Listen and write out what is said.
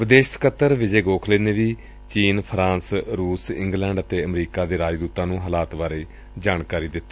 ਵਿਦੇਸ਼ ਸਕੱਤਰ ਮੰਤਰੀ ਵਿਜੇ ਗੋਖਲੇ ਨੇ ਵੀ ਚੀਨ ਫਰਾਂਸ ਰੂਸ ਇੰਗਲੈਂਡ ਅਤੇ ਅਮਰੀਕਾ ਦੇ ਰਾਜਦੂਤਾਂ ਨੁੰ ਹਾਲਾਤ ਬਾਰੇ ਜਾਣਕਾਰੀ ਦਿੱਤੀ